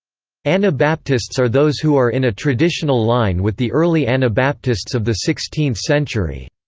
anabaptists are those who are in a traditional line with the early anabaptists of the sixteenth century.